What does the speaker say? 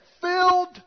filled